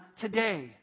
today